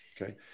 Okay